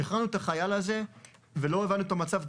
שחררנו את החייל הזה ולא הבנו את המצב,